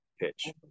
pitch